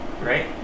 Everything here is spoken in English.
Right